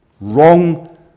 Wrong